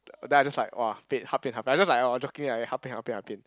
then I just like !wah! fake helping I just like oh joking like that helping helping helping